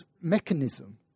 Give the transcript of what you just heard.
mechanism